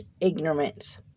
ignorance